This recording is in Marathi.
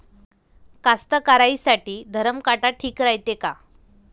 कास्तकाराइसाठी धरम काटा ठीक रायते का?